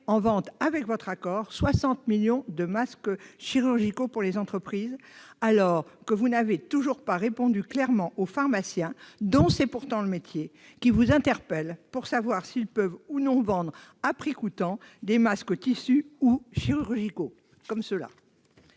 en vente, avec votre accord, 60 millions de masques chirurgicaux pour les entreprises, alors que vous n'avez toujours pas répondu clairement aux pharmaciens, dont c'est pourtant le métier, qui vous interpellent pour savoir s'ils peuvent ou non vendre, à prix coûtant, des masques en tissu ou chirurgicaux, comme celui-ci.